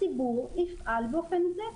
הציבור יפעל באופן זה.